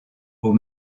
aux